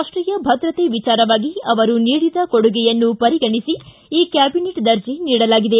ರಾಷ್ಸೀಯ ಭದ್ರತೆ ವಿಚಾರವಾಗಿ ಅವರು ನೀಡಿದ ಕೊಡುಗೆಯನ್ನು ಪರಿಗಣಿಸಿ ಈ ಕ್ಕಾಬಿನೆಟ್ ದರ್ಜೆ ನೀಡಲಾಗಿದೆ